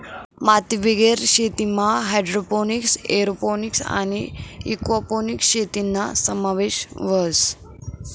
मातीबिगेर शेतीमा hydroponics, aeroponics आणि एक्वापोनिक्स शेतीना समावेश व्हस